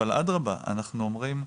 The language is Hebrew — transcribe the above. אדרבה, אנחנו אומרים,